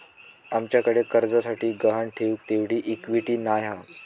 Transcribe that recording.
आमच्याकडे कर्जासाठी गहाण ठेऊक तेवढी इक्विटी नाय हा